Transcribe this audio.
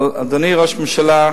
אבל, אדוני ראש הממשלה,